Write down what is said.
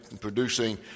producing